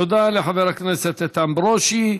תודה לחבר הכנסת איתן ברושי.